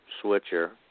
switcher